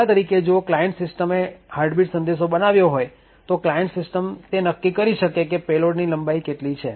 દાખલા તરીકે જો ક્લાયન્ટ સીસ્ટમેં જો હાર્ટબીટ સંદેશ બનાવ્યો હોય તો ક્લાયન્ટ સીસ્ટમ તે નક્કી કરી શકે કે પેલોડની લંબાઈ કેટલી છે